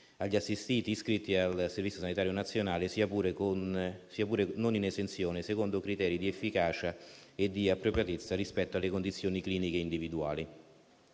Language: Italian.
agli assistiti iscritti al Servizio sanitario nazionale, sia pure non in esenzione, secondo criteri di efficacia e di appropriatezza rispetto alle condizioni cliniche individuali.